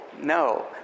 no